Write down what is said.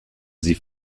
sie